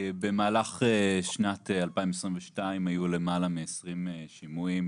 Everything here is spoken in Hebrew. במהלך שנת 2022 היו למעלה מ-20 שימועים